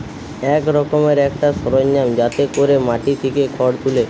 এক রকমের একটা সরঞ্জাম যাতে কোরে মাটি থিকে খড় তুলে